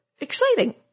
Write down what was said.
exciting